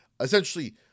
essentially